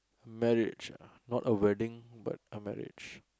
marriage not a wedding but a marriage